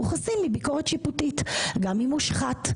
הוא חסין מביקורת שיפוטית גם אם הוא מושחת,